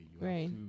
Right